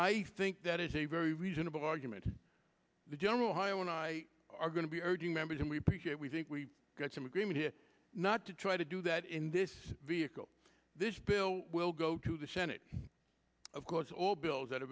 i think that is a very reasonable argument the general when i are going to be urging members and we appreciate we think we got some agreement here not to try to do that in this vehicle this bill will go to the senate of course all bills that